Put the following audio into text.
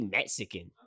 Mexican